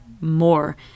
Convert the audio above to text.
more